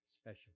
special